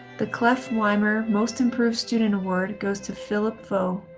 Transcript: the clough-weimer most improved student award goes to philip vo.